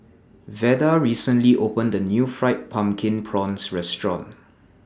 Veda recently opened The New Fried Pumpkin Prawns Restaurant